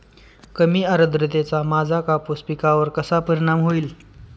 कमी आर्द्रतेचा माझ्या कापूस पिकावर कसा परिणाम होईल?